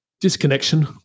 disconnection